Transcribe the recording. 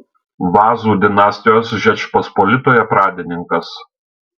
vazų dinastijos žečpospolitoje pradininkas